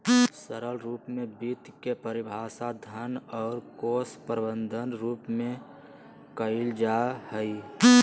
सरल रूप में वित्त के परिभाषा धन और कोश प्रबन्धन रूप में कइल जा हइ